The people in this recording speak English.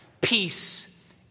peace